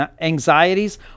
anxieties